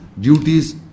duties